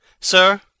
Sir